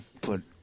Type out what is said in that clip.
put